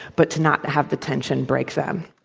but to not have the tension break them.